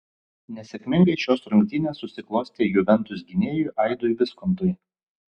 nesėkmingai šios rungtynės susiklostė juventus gynėjui aidui viskontui